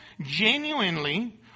genuinely